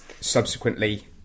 subsequently